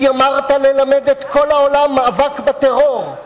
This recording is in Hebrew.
התיימרת ללמד את כל העולם מאבק בטרור,